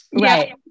right